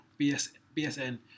BSN